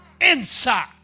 inside